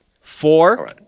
Four